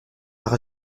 par